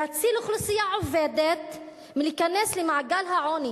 להציל אוכלוסייה עובדת מלהיכנס למעגל העוני